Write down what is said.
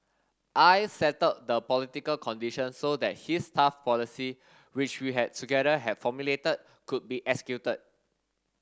I settled the political conditions so that his tough policy which we had together have formulated could be executed